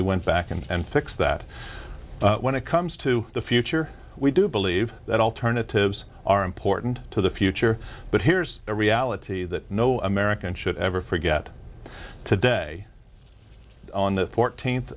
we went back and fix that when it comes to the future we do believe that alternatives are important to the future but here's the reality that no american should ever forget today on the fourteenth